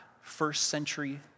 first-century